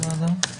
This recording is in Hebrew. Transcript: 15:23.